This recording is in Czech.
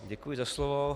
Děkuji za slovo.